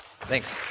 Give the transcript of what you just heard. Thanks